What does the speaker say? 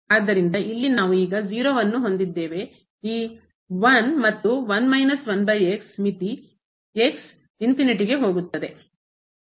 ಆದ್ದರಿಂದ ಇಲ್ಲಿ ನಾವು ಈಗ 0 ಅನ್ನು ಹೊಂದಿದ್ದೇವೆ ಈ 1 ಮತ್ತು ಮಿತಿ ಹೋಗುತ್ತದೆ